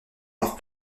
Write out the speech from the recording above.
leur